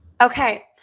Okay